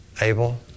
Abel